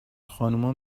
خانوما